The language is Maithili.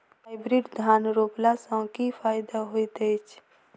हाइब्रिड धान रोपला सँ की फायदा होइत अछि?